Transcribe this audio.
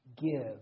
give